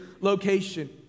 location